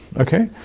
okay,